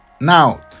Now